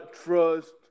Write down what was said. trust